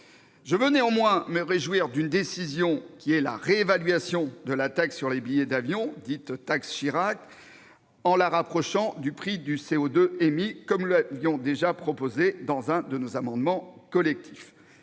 Je veux néanmoins me réjouir d'une décision : la réévaluation de la taxe sur les billets d'avion, dite taxe Chirac, en la rapprochant du prix du CO2 émis, comme nous l'avions déjà proposé dans un de nos amendements collectifs.